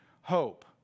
hope